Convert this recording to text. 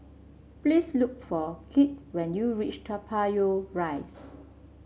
please look for Kirt when you reach Toa Payoh Rise